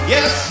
Yes